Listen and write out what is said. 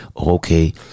okay